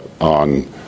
on